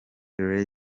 ray